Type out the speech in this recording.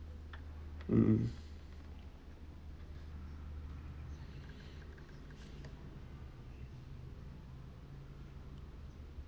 mm mm